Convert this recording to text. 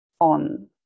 on